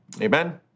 Amen